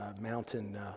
mountain